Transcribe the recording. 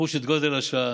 לחוש את גודל השעה,